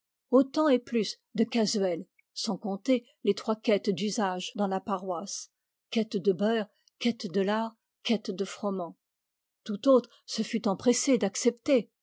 autant ou plus de casuel sans compter les trois quêtes d'usage dans la paroisse quête de beurre quête de lard quête de froment tout autre se fût empressé d'accepter